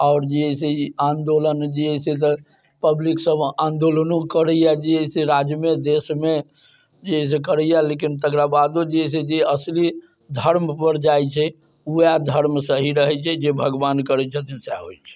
आओर जे है से आंदोलन जे होइत छै पब्लिक सब आंदोलनो करैया जे है से राज्यमे देशमे जे है से करैया लेकिन तकरा बादो जे है से असली धर्म पर जै छै ओएह धर्म सही रहैत छै जे भगवान करैत छथिन सहए होइत छै